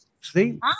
see